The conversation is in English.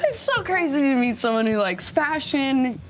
ah so crazy to meet someone who likes fashion.